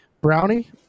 Brownie